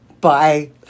bye